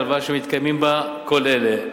הלוואה שהתקיימו בה כל אלה: